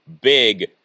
big